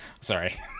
Sorry